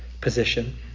position